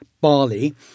barley